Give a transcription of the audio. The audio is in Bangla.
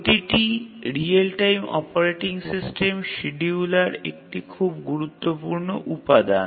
প্রতিটি real time operating system scheduler একটি খুব গুরুত্বপূর্ণ উপাদান